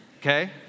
okay